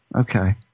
Okay